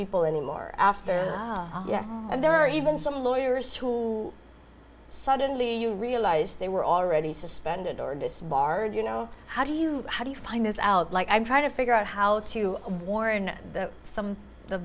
people anymore after and there are even some lawyers who suddenly you realize they were already suspended or disbarred you know how do you how do you find this out like i'm trying to figure out how to warn some